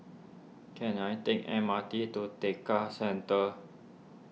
can I take M R T to Tekka Centre